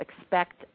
expect